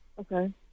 Okay